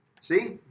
see